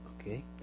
Okay